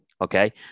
Okay